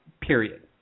period